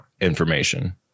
information